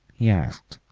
he asked,